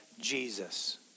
Jesus